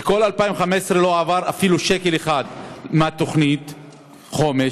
וכל 2015 לא עבר אפילו שקל אחד מתוכנית החומש.